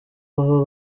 baba